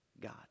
God